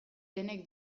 denek